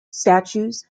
statues